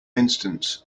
instance